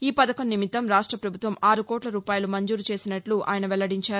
ఈ పథకం నిమిత్తం రాష్ట ప్రభుత్వం ఆరు కోట్ల రూపాయలు మంజూరు చేసినట్లు ఆయన తెలిపారు